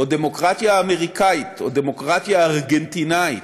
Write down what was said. או דמוקרטיה אמריקנית, או דמוקרטיה ארגנטינאית,